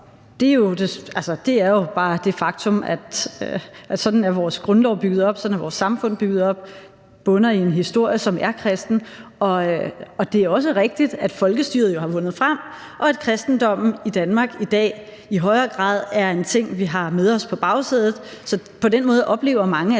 Det er jo bare det faktum, at sådan er vores grundlov bygget op, sådan er vores samfund er bygget op. Det bunder i en historie, som er kristen. Det er også rigtigt, at folkestyret jo har vundet frem, og at kristendommen i Danmark i dag i højere grad er en ting, vi har med os på bagsædet, så på den måde oplever mange, at